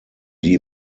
die